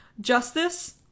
Justice